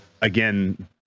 again